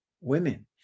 women